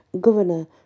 Governor